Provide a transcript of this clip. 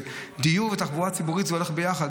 דיור ותחבורה ציבורית זה הולך ביחד,